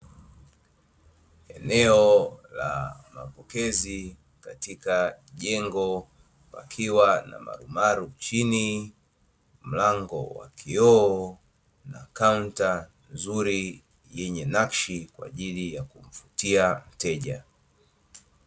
Eneo la mapokezi katika jengo pakiwa na marumaru chini, mlango wa kioo na kaunta nzuri yenye nakshi kwaajili ya kumvutia mteja.